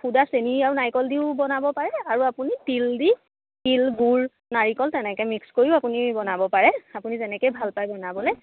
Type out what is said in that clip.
শুদা চেনি আৰু নাৰিকল দিও বনাব পাৰে আৰু আপুনি তিল দি তিল গুড় নাৰিকল তেনেকৈ মিক্স কৰিও আপুনি বনাব পাৰে আপুনি যেনেকেই ভাল পায় বনাবলৈ